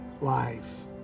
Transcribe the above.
life